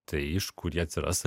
tai iš kur jie atsiras